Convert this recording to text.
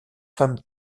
femme